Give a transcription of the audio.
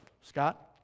Scott